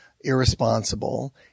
irresponsible